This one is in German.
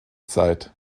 zeit